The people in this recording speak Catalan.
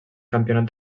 campionat